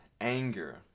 anger